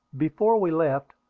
before we left,